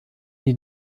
den